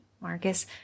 Marcus